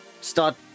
start